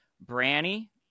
Branny